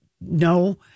no